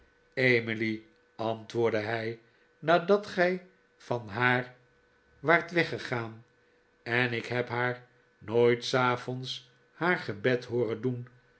emily antwoordde hij nadat gij van haar waart weggegaan en ik heb haar nooit s avonds haar gebed hooren doen